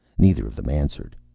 neither of them answered.